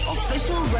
Official